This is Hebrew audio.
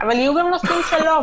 אבל יהיו גם נושאים שלא.